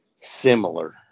similar